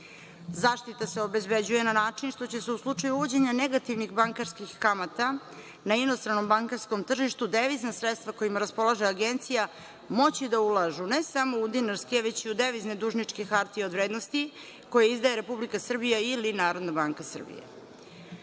se obezbeđuje na način što će se u slučaju uvođenja negativnih bankarskih kamata na inostranom bankarskom tržištu devizna sredstva kojima raspolaže Agencija moći da ulažu, ne samo u dinarske, već i u devizne dužničke hartije od vrednosti koje izdaje Republika Srbija ili Narodna banka Srbije. Jedno